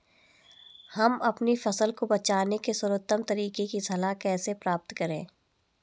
हम अपनी फसल को बचाने के सर्वोत्तम तरीके की सलाह कैसे प्राप्त करें?